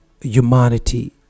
humanity